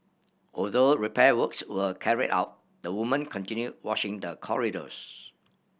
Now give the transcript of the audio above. although repair works were carried out the woman continued washing the corridors